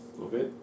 Okay